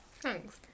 Thanks